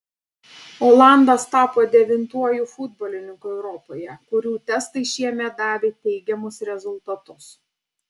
olandas tapo devintuoju futbolininku europoje kurių testai šiemet davė teigiamus rezultatus